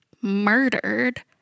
murdered